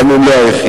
גם אם לא היחידה,